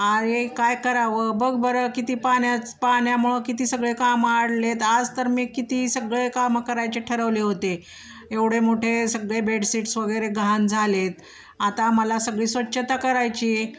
अरे काय करावं बघ बरं किती पाण्याचं पान्यामुळं किती सगळे कामं अडले आहेत आज तर मी किती सगळे कामं करायचे ठरवले होते एवढे मोठे सगळे बेडशीट्स वगैरे घाण झाले आहेत आता मला सगळी स्वच्छता करायची